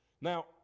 Now